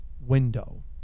window